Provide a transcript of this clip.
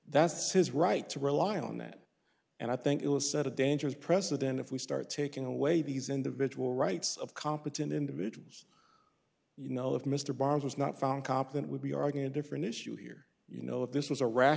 that's his right to rely on that and i think it will set a dangerous president if we start taking away these individual rights of competent individuals you know if mr bond was not found competent would be arguing a different issue here you know if this was a rash